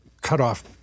cutoff